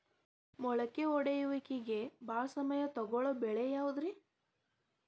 ಮೊಳಕೆ ಒಡೆಯುವಿಕೆಗೆ ಭಾಳ ಸಮಯ ತೊಗೊಳ್ಳೋ ಬೆಳೆ ಯಾವುದ್ರೇ?